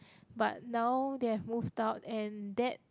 but now they have moved out and that